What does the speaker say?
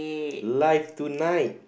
live tonight